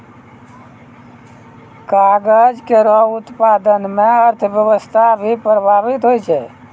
कागज केरो उत्पादन म अर्थव्यवस्था भी प्रभावित होय छै